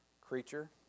creature